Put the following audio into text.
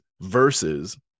versus